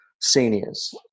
seniors